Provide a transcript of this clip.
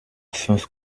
fünf